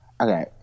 Okay